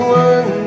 one